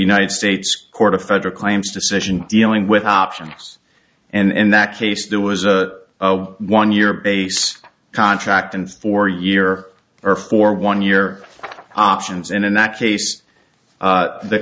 united states court of federal claims decision dealing with options and in that case there was a one year based contract and four year or four one year options and in